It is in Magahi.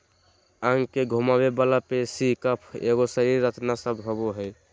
अंग के घुमावे वाला पेशी कफ एगो शरीर रचना शब्द होबो हइ